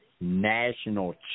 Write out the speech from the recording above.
national